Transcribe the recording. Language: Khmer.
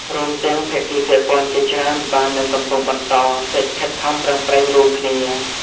រួមទាំងភាគីពាក់ព័ន្ធជាច្រើនបាននិងកំពុងបន្តកិច្ចខិតខំប្រឹងប្រែងរួមគ្នា។